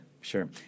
sure